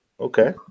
Okay